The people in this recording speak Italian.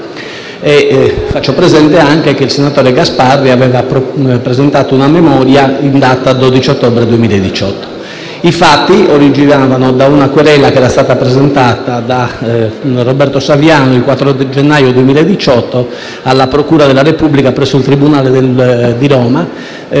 Faccio presente anche che il senatore Gasparri aveva presentato una memoria in data 12 ottobre 2018. I fatti originano da una querela presentata da Roberto Saviano in data 4 gennaio 2018 alla procura della Repubblica presso il tribunale di Roma, relativa